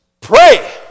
Pray